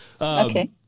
okay